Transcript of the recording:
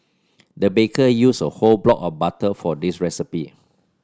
the baker used a whole block of butter for this recipe